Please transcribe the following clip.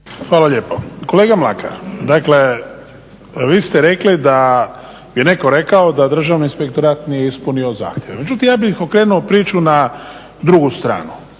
Hvala lijepo. Kolega Mlakar, dakle vi ste rekli da je netko rekao da Državni inspektorat nije ispunio zahtjeve, međutim ja bih okrenuo priču na drugu stranu.